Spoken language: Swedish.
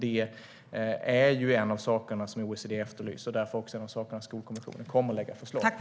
Det är en av sakerna som OECD efterlyser, och det är en av de saker som skolkommissionen ska lägga fram förslag om.